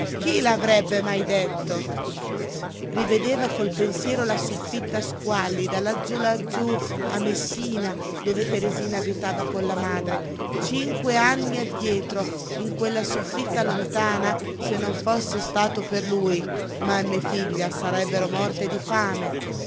chi l'avrebbe mai detto rivedeva col pensiero la soffitta squallida laggiú laggiú a messina dove teresina abitava con la madre cinque anni addietro in quella soffitta lontana se non fosse stato per lui mamma e figlia sarebbero morte di fame